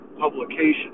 publication